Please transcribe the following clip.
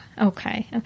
okay